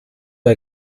del